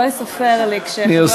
אני מבקשת שהזמן הזה לא ייספר לי,